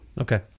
Okay